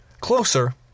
Closer